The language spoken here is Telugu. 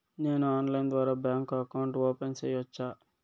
నేను ఆన్లైన్ ద్వారా బ్యాంకు అకౌంట్ ఓపెన్ సేయొచ్చా?